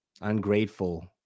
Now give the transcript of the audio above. ungrateful